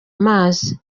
amazi